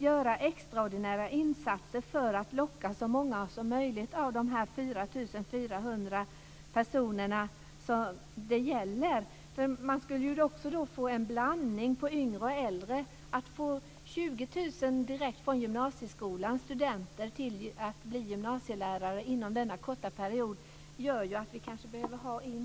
göra extraordinära insatser för att locka så många som möjligt av dessa 4 400 personer som det gäller? Då skulle man också få en blandning av yngre och äldre. Att vi inom denna korta period får 20 000 studenter direkt från gymnasieskolan som vill bli gymnasielärare gör kanske att vi också behöver ta till vara äldre resurser.